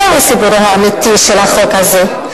זהו סיפורו האמיתי של החוק הזה,